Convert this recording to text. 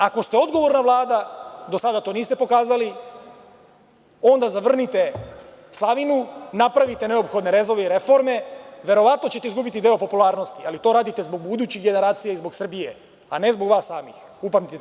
Ako ste odgovorna Vlada, do sada to niste pokazali, onda zavrnite slavinu, napravite neophodne rezove i reforme, verovatno ćete izgubiti dosta popularnosti, ali to radite zbog budućih generacija i zbog Srbije, a ne zbog vas samih, upamtite to.